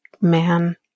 man